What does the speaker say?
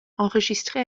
enregistré